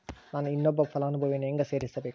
ನಾನು ಇನ್ನೊಬ್ಬ ಫಲಾನುಭವಿಯನ್ನು ಹೆಂಗ ಸೇರಿಸಬೇಕು?